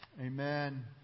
Amen